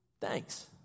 Thanks